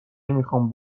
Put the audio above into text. نمیخام